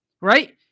right